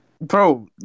Bro